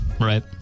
Right